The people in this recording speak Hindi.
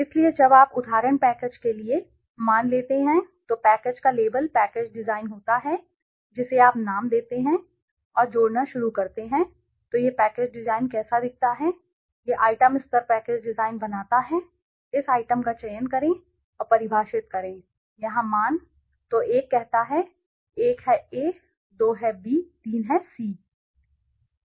इसलिए जब आप उदाहरण पैकेज के लिए पैकेज के लिए मान लेते हैं तो पैकेज का लेबल पैकेज डिजाइन होता है जिसे आप नाम देते हैं और सही जोड़ना शुरू करते हैं तो यह पैकेज डिजाइन कैसा दिखता है यह आइटम स्तर पैकेज डिजाइन बनाता है इस आइटम का चयन करें और परिभाषित करें ठीक है यहाँ मान तो एक कहता है एक है A दो है B तीन है C है